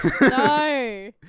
No